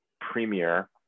Premier